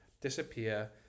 disappear